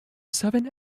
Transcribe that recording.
seven